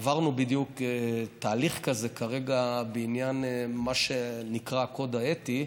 עברנו בדיוק תהליך כזה כרגע בעניין מה שנקרא הקוד האתי,